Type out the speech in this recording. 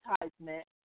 advertisement